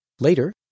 Later